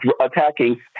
attacking